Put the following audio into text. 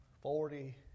Forty